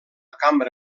cambra